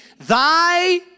Thy